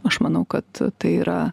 aš manau kad tai yra